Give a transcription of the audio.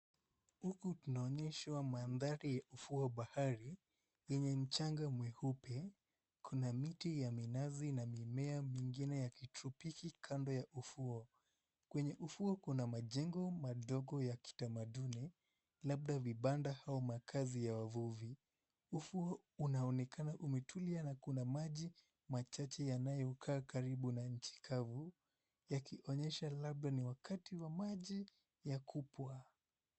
Huku tunaonyeshwa mandhari ya ufuo wa bahari yenye mchanga mweupe kuna miti ya minazi na mimea mingine ya kitropiki kando ya ufuo, kwenye ufuo kuna majengo madogo ya kitamaduni labda vibanda au makazi ya wavuvi, ufuo unaonekana umetulia na kuna maji machache yanayokaa karibu na nchi kavu yakionyesha labda ni wakati wa maji ya kupwa.